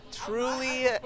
Truly